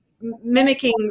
mimicking